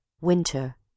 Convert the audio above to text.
Winter